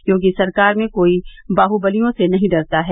योगी सरकार में कोई बाहुबलियों से नहीं डरता है